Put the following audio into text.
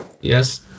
Yes